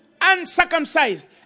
uncircumcised